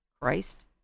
Christ